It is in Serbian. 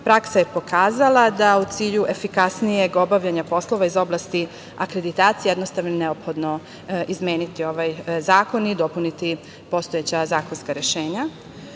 praksa je pokazala da u cilju efikasnijeg obavljanja poslova iz oblasti akreditacija jednostavno je neophodno izmeni ovaj zakon i dopuniti postojeća zakonska rešenja.U